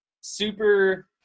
Super